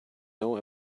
know